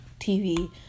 TV